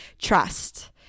trust